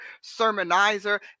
sermonizer